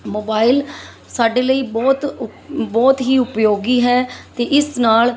mobile ਸਾਡੇ ਲਈ ਬਹੁਤ ਉ ਬਹੁਤ ਹੀ ਉਪਯੋਗੀ ਹੈ ਅਤੇ ਇਸ ਨਾਲ